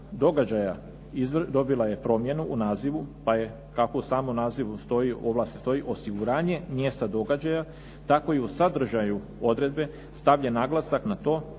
događaja dobila je promjenu u nazivu pa je kako u samom nazivu stoji …/Govornik se ne razumije./… osiguranje mjesta događaja tako i u sadržaju odredbe stavlja naglasak na to